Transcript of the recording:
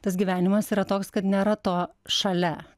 tas gyvenimas yra toks kad nėra to šalia